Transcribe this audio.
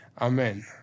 Amen